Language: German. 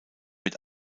mit